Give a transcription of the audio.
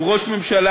הוא ראש ממשלה,